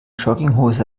jogginghose